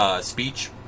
speech